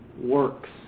works